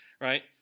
right